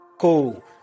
Cool